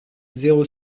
zéro